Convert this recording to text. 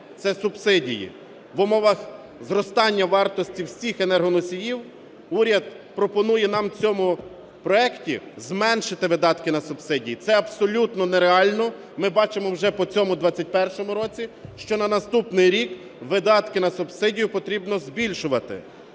це субсидії. В умовах зростання вартості всіх енергоносіїв уряд пропонує нам у цьому проекті зменшити видатки на субсидії. Це абсолютно нереально, ми бачимо вже по цьому 21-му року, що на наступний рік видатки на субсидію потрібно збільшувати.